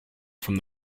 from